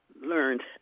learned